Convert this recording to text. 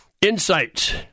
insights